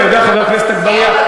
חבר הכנסת אגבאריה,